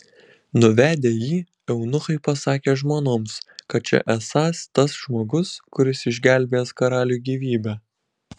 nuvedę jį eunuchai pasakė žmonoms kad čia esąs tas žmogus kuris išgelbėjęs karaliui gyvybę